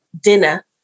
dinner